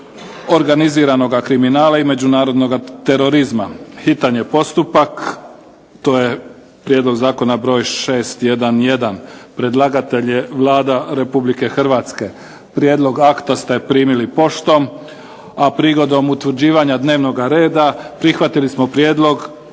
organiziranog kriminala i međunarodnog terorizma, hitni postupak, to je P.Z.br. 611 Predlagatelj je Vlada Republike Hrvatske. Prijedlog akta ste primili poštom, a prigodom utvrđivanja dnevnoga reda prihvatili smo prijedlog